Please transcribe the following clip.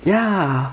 ya